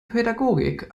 pädagogik